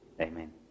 Amen